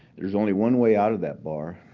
there's only one way out of that bar.